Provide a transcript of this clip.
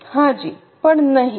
હાજી પણ નહીં